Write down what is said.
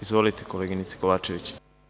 Izvolite, koleginice Kovačević.